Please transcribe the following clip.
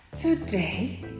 Today